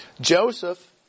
Joseph